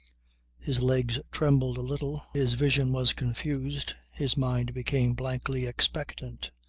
his legs trembled a little, his vision was confused, his mind became blankly expectant.